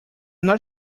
not